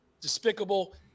despicable